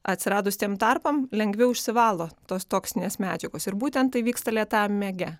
atsiradus tiem tarpam lengviau išsivalo tos toksinės medžiagos ir būtent tai vyksta lėtajam miege